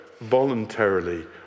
voluntarily